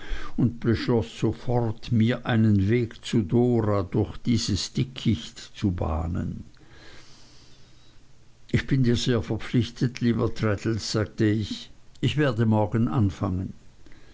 und beschloß sofort mir meinen weg zu dora durch dieses dickicht zu bahnen ich bin dir sehr verpflichtet lieber traddles sagte ich ich werde morgen anfangen